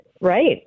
right